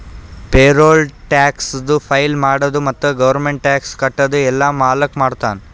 payroll ಟ್ಯಾಕ್ಸದು file ಮಾಡದು ಮತ್ತ ಗೌರ್ಮೆಂಟ್ಗ ಟ್ಯಾಕ್ಸ್ ಕಟ್ಟದು ಎಲ್ಲಾ ಮಾಲಕ್ ಮಾಡ್ತಾನ್